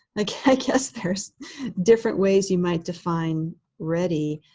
like i guess there's different ways you might define ready.